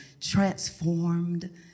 transformed